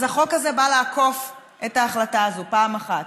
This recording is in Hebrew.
אז החוק הזה בא לעקוף את ההחלטה הזאת, פעם אחת.